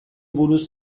buruz